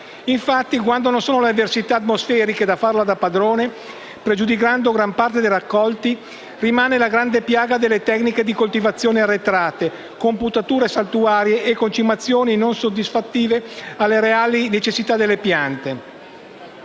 i tempi. Quando non sono le avversità atmosferiche a farla da padrone, pregiudicando gran parte dei raccolti, rimane la grande piaga delle tecniche di coltivazione arretrate, con potature saltuarie e concimazioni non soddisfattive alle reali necessità delle piante.